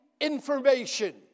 information